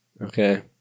okay